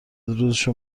روزشو